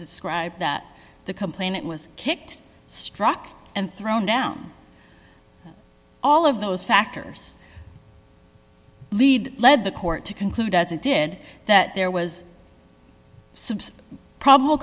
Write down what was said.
described that the complainant was kicked struck and thrown down all of those factors lead led the court to conclude as it did that there was subsea probable